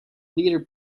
leader